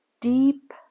Deep